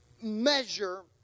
measure